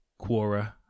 Quora